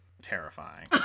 terrifying